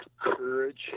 courage